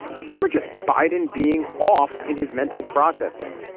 but some are just biden being off in his mental processing.